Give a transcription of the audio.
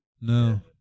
No